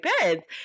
parents